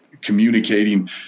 communicating